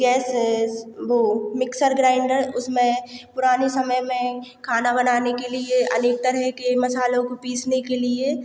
gases वो mixer grinder उसमें पुराने समय में खाना बनाने के लिए अनेक तरह के मसालों को पीसने के लिए